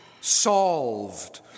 solved